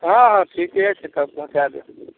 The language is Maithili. हँ हँ ठिके छै तब पहुँचै देब